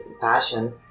passion